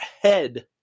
head